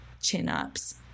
chin-ups